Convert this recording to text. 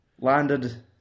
landed